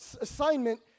assignment